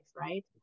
right